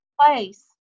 place